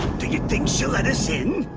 do you think she'll let us in?